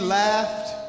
laughed